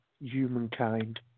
humankind